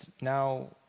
now